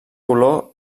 olor